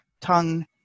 tongue